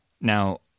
Now